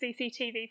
CCTV